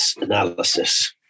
analysis